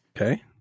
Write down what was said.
Okay